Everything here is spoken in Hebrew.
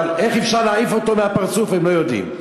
אבל איך אפשר להעיף אותו מהפרצוף הם לא יודעים.